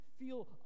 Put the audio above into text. Feel